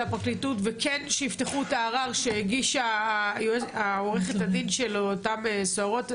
הפרקליטות וכן שיפתחו את הערער שהגישה עורכת הדין של אותן סוהרות,